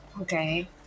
okay